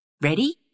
Ready